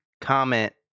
comment